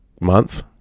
month